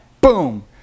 boom